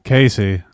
Casey